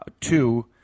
Two